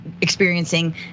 experiencing